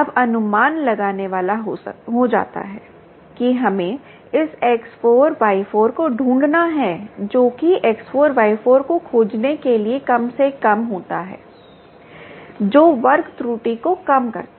अब अनुमान लगाने वाला हो जाता है कि हमें इस X4 Y4 को ढूंढना है जो कि X4 Y4 को खोजने के लिए कम से कम होता है जो वर्ग त्रुटि को कम करता है